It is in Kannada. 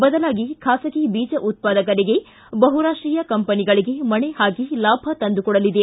ಬದಲಾಗಿ ಖಾಸಗಿ ಬೀಜ ಉತ್ಪಾದಕರಿಗೆ ಬಹು ರಾಷ್ಷೀಯ ಕಂಪನಿಗಳಿಗೆ ಮಣೆ ಹಾಕಿ ಲಾಭ ತಂದುಕೊಡಲಿದೆ